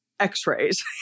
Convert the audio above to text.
x-rays